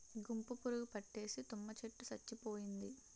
గుంపు పురుగు పట్టేసి తుమ్మ చెట్టు సచ్చిపోయింది